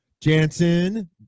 Jansen